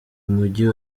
umujyi